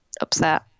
upset